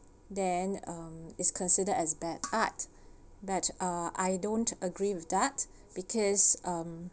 then uh it's considered as bad art that uh uh I don't agree with that because um